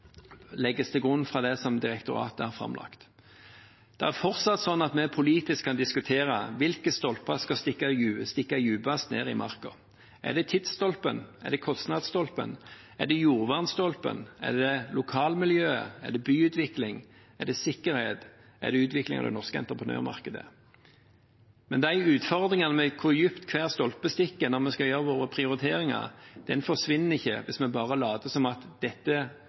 legges til grunn for det som direktoratet har framlagt. Det er fortsatt sånn at vi politisk kan diskutere hvilke stolper som skal stikkes dypest ned i marken? Er det tidsstolpen? Er det kostnadsstolpen? Er det jordvernstolpen? Er det lokalmiljøet, eller er det byutvikling? Er det sikkerhet, eller er det utviklingen av det norske entreprenørmarkedet? De utfordringene, hvor dypt hver stolpe skal stikke når vi skal foreta våre prioriteringer, forsvinner ikke selv om vi later som om vi ikke har hørt. Jeg er sikker på at